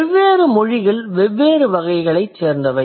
வெவ்வேறு மொழிகள் வெவ்வேறு வகைகளைச் சேர்ந்தவை